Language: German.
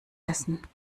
essen